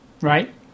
right